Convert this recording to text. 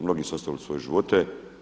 Mnogi su ostavili svoje živote.